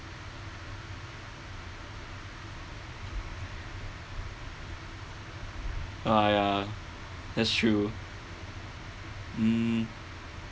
why ah that's true mm